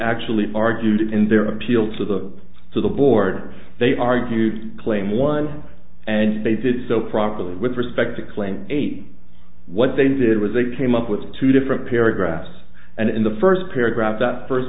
actually argued in their appeal to the to the board they argued claim one and they did so properly with respect to claim eight what they did was they came up with two different paragraphs and in the first paragraph that first